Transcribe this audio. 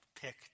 pick